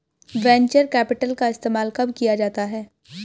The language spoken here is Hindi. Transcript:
वेन्चर कैपिटल का इस्तेमाल कब किया जाता है?